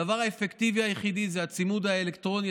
הדבר האפקטיבי היחידי זה הצימוד האלקטרוני,